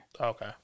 Okay